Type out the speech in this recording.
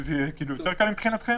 כמו ששי ציין קודם,